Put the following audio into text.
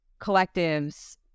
collectives